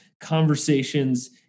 conversations